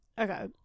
Okay